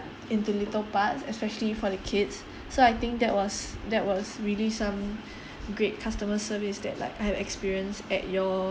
into little parts especially for the kids so I think that was that was really some great customer service that like I have experience at your